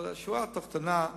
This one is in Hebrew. אבל השורה התחתונה,